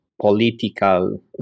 political